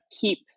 keep